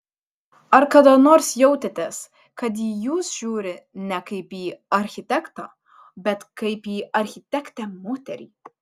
ar kada nors jautėtės kad į jūs žiūri ne kaip į architektą bet kaip į architektę moterį